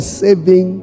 saving